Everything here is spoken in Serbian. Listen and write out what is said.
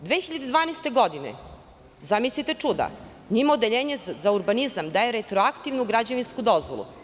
Dok 2012. godine, zamislite čuda, mimo odeljenja za urbanizam, daje retroaktivnu građevinsku dozvolu.